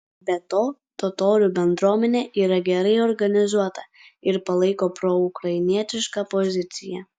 be to totorių bendruomenė yra gerai organizuota ir palaiko proukrainietišką poziciją